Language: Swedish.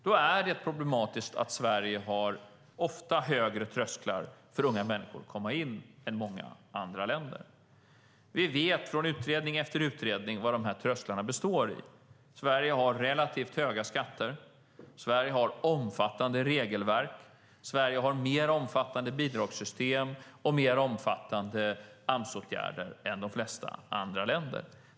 Då är det problematiskt att Sverige ofta har högre trösklar för unga människor att komma in än många andra länder. Vi vet av utredning efter utredning vad trösklarna består i. Sverige har relativt höga skatter. Sverige har omfattande regelverk. Sverige har mer omfattande bidragssystem och mer omfattande Amsåtgärder än de flesta andra länder.